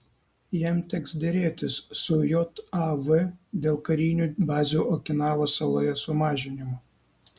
jam teks derėtis su jav dėl karinių bazių okinavos saloje sumažinimo